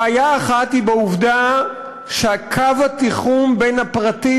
בעיה אחת היא העובדה שקו התיחום בין הפרטי